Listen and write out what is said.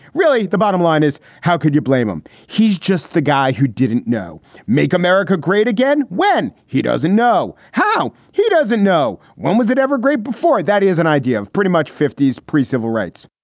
really, the bottom line is, how could you blame him? he's just the guy who didn't know make america great again. when he doesn't know how he doesn't know. when was it ever great before? that is an idea of pretty much fifty s pre civil rights.